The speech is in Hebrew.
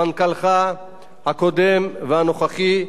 מנכ"לך הקודם והנוכחי,